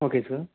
okay sir